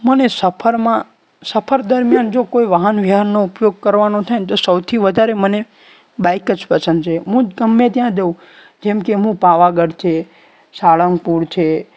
મને સફરમાં સફર દરમિયાન જો કોઈ વાહન વ્યવહારનો ઉપયોગ કરવાનો થાય ને તો સૌથી વધારે મને બાઈક જ પસંદ છે હું ગમે ત્યાં જઉ જેમ કે હું પાવાગઢ છે સાળંગપુર છે